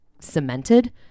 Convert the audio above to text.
cemented